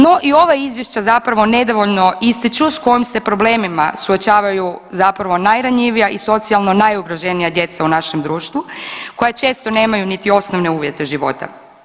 No i ova izvješća zapravo nedovoljno ističu sa kojim se problemima suočavaju zapravo najranjivija i socijalno najugroženija djeca u našem društvu koja često nemaju niti osnovne uvjete života.